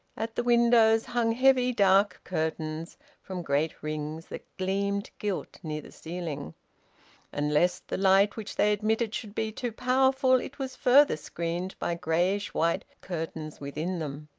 at the windows hung heavy dark curtains from great rings that gleamed gilt near the ceiling and lest the light which they admitted should be too powerful it was further screened by greyish white curtains within them.